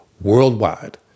worldwide